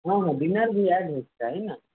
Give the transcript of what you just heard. हँ हॅं डिनर भी एड हुएके चाही ने